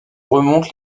remonte